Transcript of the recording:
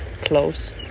close